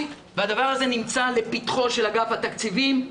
והדבר הזה נמצא לפתחו של אגף תקציבים,